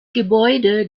gebäude